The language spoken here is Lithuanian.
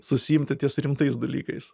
susiimti ties rimtais dalykais